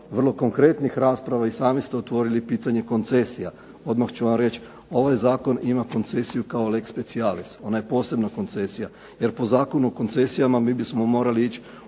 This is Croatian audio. vrlo konkretnih rasprava i sami ste otvorili pitanje koncesija. Odmah ću vam reći, ovaj zakon ima koncesiju kao lex specialis, ona je posebna koncesija jer po Zakonu o koncesijama mi bismo morali ići